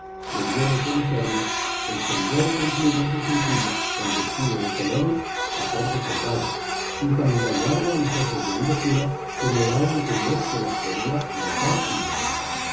debió de conocerme el sombrero con plumas y cintillo el vestido de colores a fuer de soldado y tan gallardo a los ojos de mi locura que me daba a entender que las podía matar en el aire